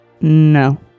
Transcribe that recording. no